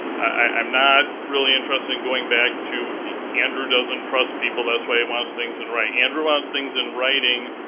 i'm not really interested in going back to andrew doesn't trust people, that's why he wants things in writing. andrew wants things in writing,